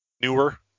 newer